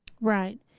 Right